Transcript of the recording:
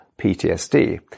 PTSD